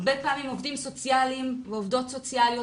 הרבה פעמים עובדים סוציאליים ועובדות סוציאליות,